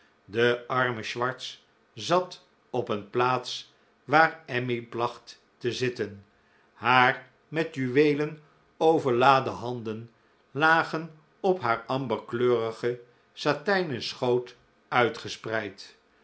de arme swartz zat op een plaats waar emmy placht te zitten haar met juweelen overladen handen lagen op haar amberkleurigen satijnen schoot